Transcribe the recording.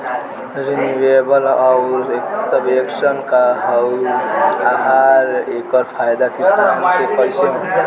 Renewable आउर subvention का ह आउर एकर फायदा किसान के कइसे मिली?